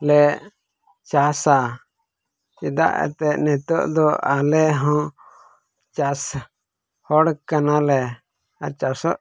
ᱞᱮ ᱪᱟᱥᱟ ᱪᱮᱫᱟᱜ ᱮᱱᱛᱮᱫ ᱱᱤᱛᱚᱜ ᱫᱚ ᱟᱞᱮ ᱦᱚᱸ ᱪᱟᱥ ᱦᱚᱲ ᱠᱟᱱᱟᱞᱮ ᱟᱨ ᱪᱟᱥᱚᱜ